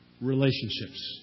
relationships